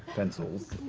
pencils.